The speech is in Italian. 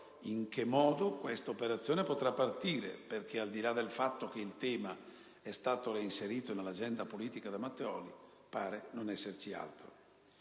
in che modo questa operazione potrà partire, perché, al di là del fatto che il tema è stato inserito nell'agenda politica da Matteoli, pare non esserci altro.